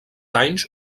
anys